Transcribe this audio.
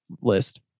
list